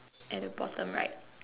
at the bottom right